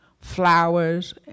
flowers